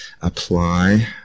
apply